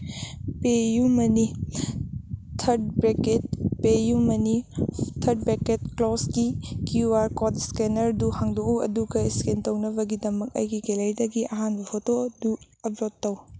ꯄꯦꯌꯨꯃꯅꯤ ꯊꯔꯠ ꯕ꯭ꯔꯦꯀꯦꯠ ꯄꯦꯌꯨꯃꯅꯤ ꯊꯔꯠ ꯕ꯭ꯔꯦꯀꯦꯠ ꯀ꯭ꯂꯣꯁꯀꯤ ꯀ꯭ꯌꯨ ꯑꯥꯔ ꯀꯣꯠ ꯁ꯭ꯀꯦꯟꯅꯔꯗꯨ ꯍꯥꯡꯗꯣꯛꯎ ꯑꯗꯨꯒ ꯏꯁꯀꯦꯟ ꯇꯧꯅꯕꯒꯤꯗꯃꯛ ꯑꯩꯒꯤ ꯒꯦꯂꯔꯤꯗꯒꯤ ꯑꯍꯥꯟꯕ ꯐꯣꯇꯣ ꯑꯗꯨ ꯑꯞꯂꯣꯠ ꯇꯧ